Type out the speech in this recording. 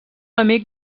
amic